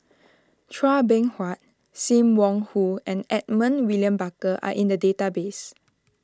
Chua Beng Huat Sim Wong Hoo and Edmund William Barker are in the database